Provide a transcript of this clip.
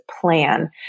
plan